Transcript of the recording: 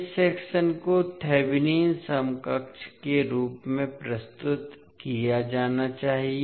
इस सेक्शन को थेवेनिन समकक्ष के रूप में प्रस्तुत किया जाना चाहिए